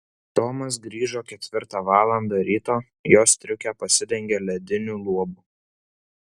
tomas grįžo ketvirtą valandą ryto jo striukė pasidengė lediniu luobu